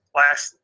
last